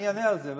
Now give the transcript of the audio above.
אני אענה על זה.